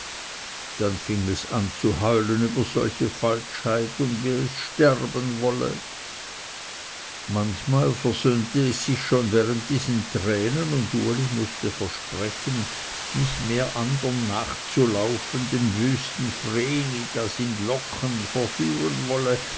dann fing es an zu heulen über solche falschheit und wie es sterben wolle manchmal versöhnte es sich schon während diesen tränen und uli mußte versprechen nicht mehr andern nachzulaufen dem wüsten vreni das ihn locken verführen wolle